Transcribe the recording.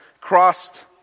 crossed